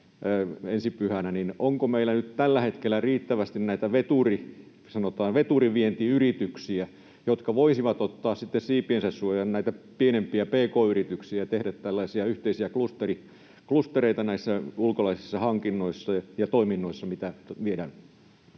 onko meillä nyt tällä hetkellä riittävästi, sanotaan, näitä vientiveturiyrityksiä, jotka voisivat ottaa siipiensä suojaan pienempiä pk-yrityksiä ja tehdä tällaisia yhteisiä klustereita näissä ulkolaisissa hankinnoissa ja toiminnoissa, mitä viedään?